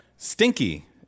Stinky